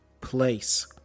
place